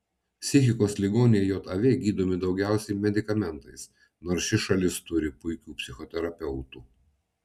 psichikos ligoniai jav gydomi daugiausiai medikamentais nors ši šalis turi puikių psichoterapeutų